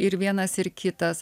ir vienas ir kitas